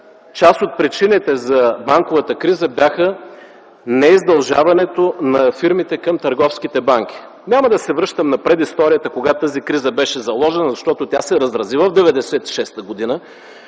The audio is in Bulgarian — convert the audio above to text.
част от причините за банковата криза бяха неиздължаването на фирмите към търговските банки. Няма да се връщам на предисторията кога беше заложена тази криза. Защото тя се разрази през 1996 г., но